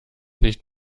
nicht